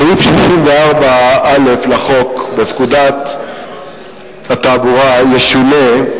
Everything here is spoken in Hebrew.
סעיף 64א לחוק בפקודת התעבורה ישונה,